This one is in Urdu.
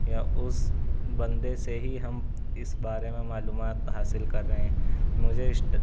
یا اس بندے سے ہی ہم اس بارے میں معلومات حاصل کر رہے ہیں مجھے اسٹ